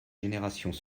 générations